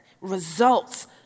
results